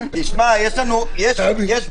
עם ההסתייגויות.